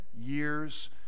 years